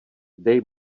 dej